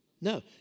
No